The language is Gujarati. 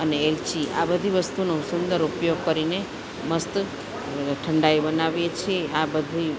અને એલચી આ બધી વસ્તુનો સુંદર ઉપયોગ કરીને મસ્ત ઠંડાઈ બનાવીએ છીએ આ બધી